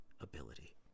ability